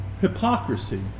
hypocrisy